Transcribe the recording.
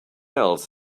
else